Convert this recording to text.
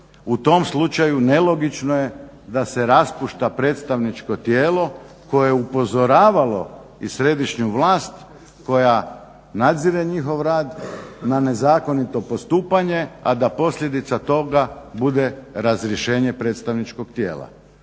U tom slučaju nelogično je da se raspušta predstavničko tijelo koje je upozoravalo i središnju vlast koja nadzire njihov rad na nezakonito postupanje, a da posljedica toga bude razrješenje predstavničkog tijela.